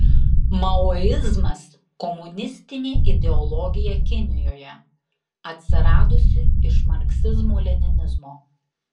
maoizmas komunistinė ideologija kinijoje atsiradusi iš marksizmo leninizmo